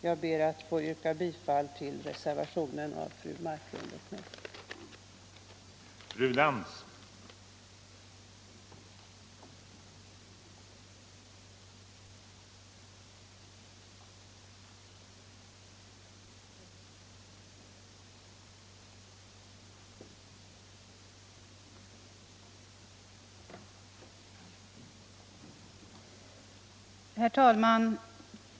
Jag ber att få yrka bifall till reservationen av fru Marklund och mig.